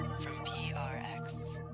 for npr